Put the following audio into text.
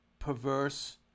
perverse